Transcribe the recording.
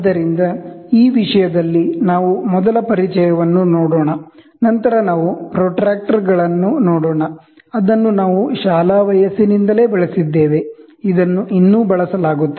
ಆದ್ದರಿಂದ ಈ ವಿಷಯದಲ್ಲಿ ನಾವು ಮೊದಲ ಪರಿಚಯವನ್ನು ನೋಡೋಣ ನಂತರ ನಾವು ಪ್ರೊಟ್ರಾಕ್ಟರ್ಗಳನ್ನು ನೋಡೋಣ ಅದನ್ನು ನಾವು ಶಾಲಾ ವಯಸ್ಸಿನಿಂದಲೇ ಬಳಸಿದ್ದೇವೆ ಇದನ್ನು ಇನ್ನೂ ಬಳಸಲಾಗುತ್ತದೆ